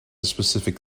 specific